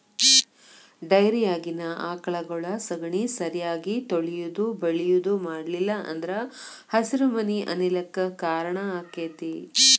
ಡೈರಿಯಾಗಿನ ಆಕಳಗೊಳ ಸಗಣಿ ಸರಿಯಾಗಿ ತೊಳಿಯುದು ಬಳಿಯುದು ಮಾಡ್ಲಿಲ್ಲ ಅಂದ್ರ ಹಸಿರುಮನೆ ಅನಿಲ ಕ್ಕ್ ಕಾರಣ ಆಕ್ಕೆತಿ